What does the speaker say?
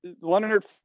Leonard